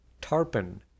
Tarpon